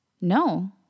No